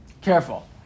careful